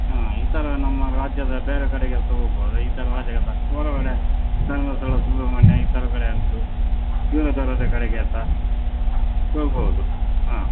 ಹಾಂ ಈ ಥರ ನಮ್ಮ ರಾಜ್ಯದ ಬೇರೆ ಕಡೆಗೆಲ್ಲ ಹೋಗ್ವಾಗ ಈ ಥರ ರಾಜ್ಯದ ಹೊರಗಡೆ ಧರ್ಮಸ್ಥಳ ಸುಬ್ರಹ್ಮಣ್ಯ ಈ ತರುಗಳೆಂತು ದೂರ ದೂರದ ಕಡೆಗೆ ಎತ್ತ ಹೋಗ್ಬಹುದು ಹಾಂ